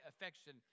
affection